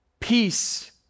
Peace